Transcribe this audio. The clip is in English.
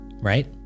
Right